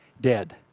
dead